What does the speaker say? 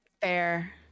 Fair